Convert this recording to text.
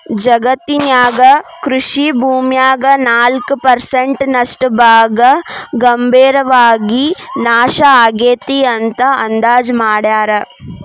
ಜಗತ್ತಿನ್ಯಾಗ ಕೃಷಿ ಭೂಮ್ಯಾಗ ನಾಲ್ಕ್ ಪರ್ಸೆಂಟ್ ನಷ್ಟ ಭಾಗ ಗಂಭೇರವಾಗಿ ನಾಶ ಆಗೇತಿ ಅಂತ ಅಂದಾಜ್ ಮಾಡ್ಯಾರ